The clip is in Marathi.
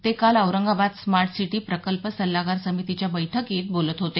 ते काल औरंगाबाद स्मार्ट सिटी प्रकल्प सल्लागार समितीच्या बैठकीत बोलत होते